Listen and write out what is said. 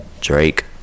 Drake